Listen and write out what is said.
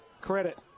credit